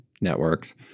networks